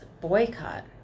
boycott